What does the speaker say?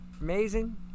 amazing